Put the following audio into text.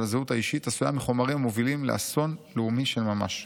הזהות האישית עשויה מחומרים המובילים לאסון לאומי של ממש.